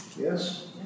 Yes